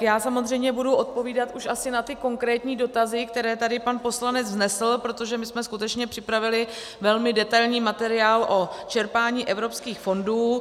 Já samozřejmě budu odpovídat už asi na ty konkrétní dotazy, které tady pan poslanec vznesl, protože my jsme skutečně připravili velmi detailní materiál o čerpání evropských fondů.